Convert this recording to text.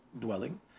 dwelling